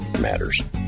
matters